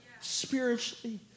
spiritually